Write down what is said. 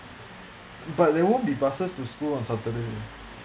but there won't be buses to school on saturday